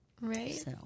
Right